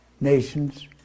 Nations